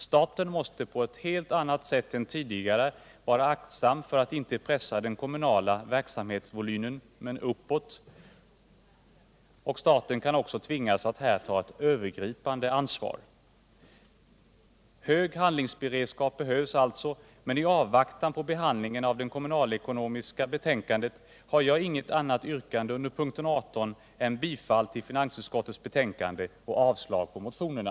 Staten måste på ett helt annat sätt än tidigare vara aktsam för att inte pressa den kommunala verksamhetsvolymen uppåt. Staten kan dessutom tvingas att här ta ett övergripande ansvar. Hög handlingsberedskap behövs, men i avvaktan på behandlingen av den kommunalekonomiska utredningens betänkande har jag under punkten 18 inget annat yrkande än om bifall till finansutskottets hemställan och avslag på motionerna.